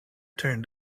turned